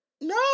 no